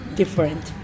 different